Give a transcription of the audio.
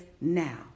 now